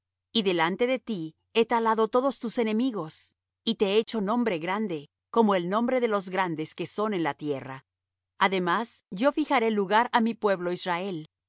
y delante de ti he talado todos tus enemigos y te he hecho nombre grande como el nombre de los grandes que son en la tierra además yo fijaré lugar á mi pueblo israel